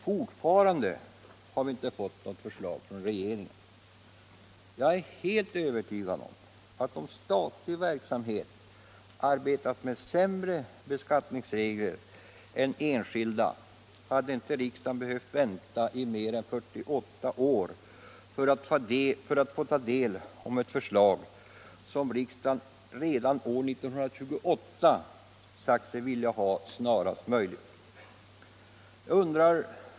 Ännu har vi inte fått något förslag från regeringen. Jag är helt övertygad om att om statlig verksamhet hade arbetat med sämre beskattningsregler än enskilda hade riksdagen inte behövt vänta 48 år och mer på 3tt få ta del av ett förslag som riksdagen redan år 1928 sagt sig vilja ha snarast möjligt.